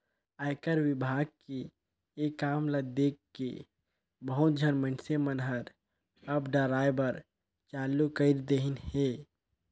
आयकर विभाग के ये काम ल देखके बहुत झन मइनसे मन हर अब डराय बर चालू कइर देहिन हे